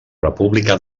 república